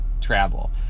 travel